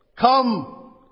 Come